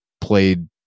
played